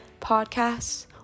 podcasts